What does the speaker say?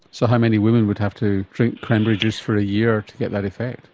so how many women would have to drink cranberry juice for a year to get that effect?